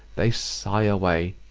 they sigh away!